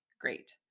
great